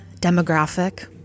demographic